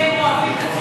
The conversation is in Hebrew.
כשהם אוהבים,